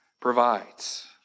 provides